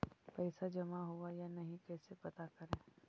पैसा जमा हुआ या नही कैसे पता करे?